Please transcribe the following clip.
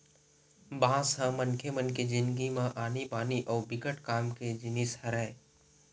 बांस ह मनखे मन के जिनगी म आनी बानी अउ बिकट काम के जिनिस हरय